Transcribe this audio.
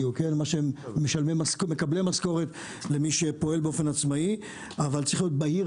מה שמקבלי משכורת למי שפועל עצמאית אבל צריך להיות בהיר,